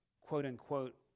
quote-unquote